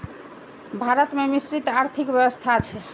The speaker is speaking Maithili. भारत मे मिश्रित आर्थिक व्यवस्था छै